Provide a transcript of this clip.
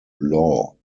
law